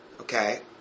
Okay